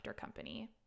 company